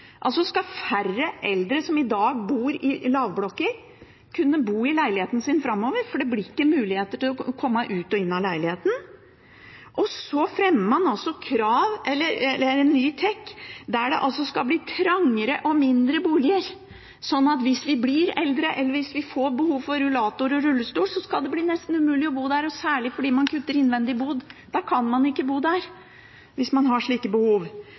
altså kutt i heis, slik at færre eldre som i dag bor i lavblokker, skal kunne bo i leiligheten sin framover, for det blir ikke mulig å komme ut og inn av leiligheten. Og så fremmer man altså en ny TEK; det skal bli trangere og mindre boliger, sånn at hvis vi får behov for rullator og rullestol, skal det bli nesten umulig å bo der, særlig fordi man kutter innvendig bod. Da kan man ikke bo der hvis man har slike behov.